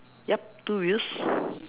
yup two wheels